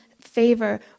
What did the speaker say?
favor